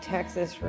Texas